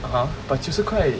(uh huh) but 九十块